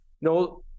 no